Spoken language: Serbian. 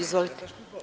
Izvolite.